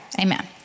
amen